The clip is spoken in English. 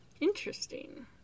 interesting